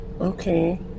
Okay